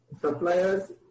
suppliers